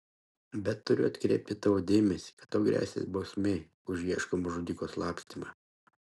bet turiu atkreipti tavo dėmesį kad tau gresia bausmė už ieškomo žudiko slapstymą